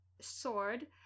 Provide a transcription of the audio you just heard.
sword